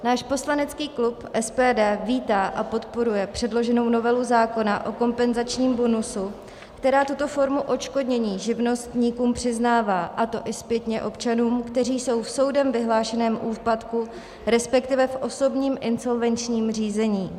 Náš poslanecký klub SPD vítá a podporuje předloženou novelu zákona o kompenzačním bonusu, která tuto formu odškodnění živnostníkům přiznává, a to i zpětně občanům, kteří jsou v soudem vyhlášeném úpadku, respektive v osobním insolvenčním řízení.